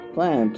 Plan